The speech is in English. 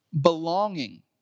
Belonging